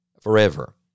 forever